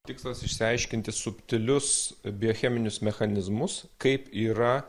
tikslas išsiaiškinti subtilius biocheminius mechanizmus kaip yra